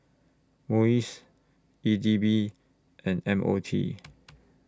Muis E D B and M O T